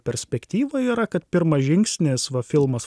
perspektyva yra kad pirmas žingsnis va filmas